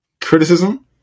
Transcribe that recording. criticism